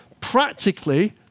Practically